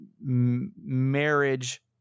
marriage